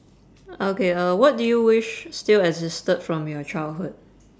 okay uh what do you wish still existed from your childhood